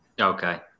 Okay